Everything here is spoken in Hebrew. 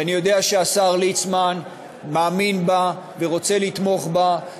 ואני יודע שהשר ליצמן מאמין בה ורוצה לתמוך בה.